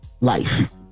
life